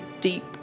deep